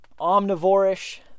omnivorous